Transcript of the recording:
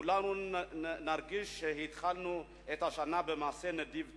וכולנו נרגיש שהתחלנו את השנה במעשה נדיב וטוב.